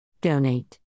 Donate